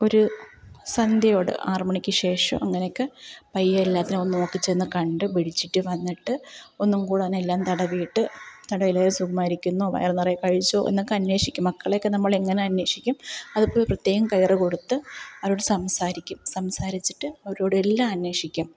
ഒരു സന്ധ്യയോടെ ആറു മണിക്കുശേഷം അങ്ങനയൊക്കെ പയ്യെ എല്ലാത്തിനെയും ഒന്ന് നോക്കിച്ചെന്ന് കണ്ടുപിടിച്ചിട്ട് വന്നിട്ട് ഒന്നുങ്കൂടെ ഒന്ന് എല്ലാം തടവിയിട്ട് തടേലേ സുഖമായിരിക്കുന്നോ വയറ് നിറയെ കഴിച്ചോ എന്നൊക്കെ അന്നേഷിക്കും മക്കളെയൊക്കെ നമ്മളെങ്ങനെ അന്വേഷിക്കും അതുപോലെ പ്രത്യേകം കെയറുകൊടുത്ത് അവരോട് സംസാരിക്കും സംസാരിച്ചിട്ട് അവരോടെല്ലാം അന്വേഷിക്കും